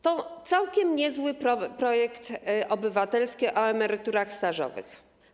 To całkiem niezły projekt obywatelski o emeryturach stażowych.